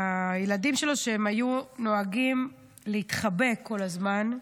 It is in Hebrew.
הילדים שלו, שהם היו נוהגים להתחבק כל הזמן,